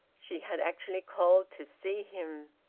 she had actually called to see him.